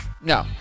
No